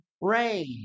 rain